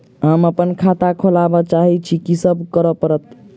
हम अप्पन खाता खोलब चाहै छी की सब करऽ पड़त?